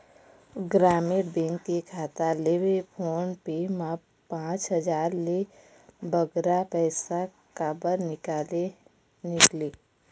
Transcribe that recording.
ग्रामीण बैंक के खाता ले फोन पे मा पांच हजार ले बगरा पैसा काबर निकाले निकले?